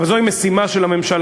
אבל זוהי משימה של הממשלה,